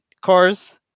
cars